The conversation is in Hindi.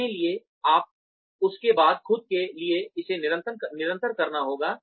अपने लिए उसके बाद खुद के लिए इसे निरंतर करना होगा